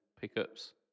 pickups